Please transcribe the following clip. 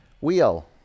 Wheel